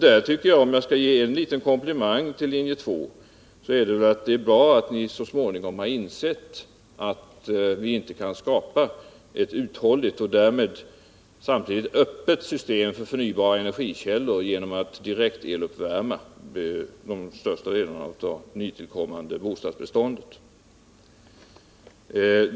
Där tycker jag, om jag skall ge en liten komplimang till linje 2, att det är bra att ni så småningom har insett att ni inte kan skapa ett uthålligt och samtidigt flexibelt och öppet system för förnybara energikällor genom att direkteluppvärma största delen av det nytillkommande bostadsbeståndet.